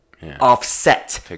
offset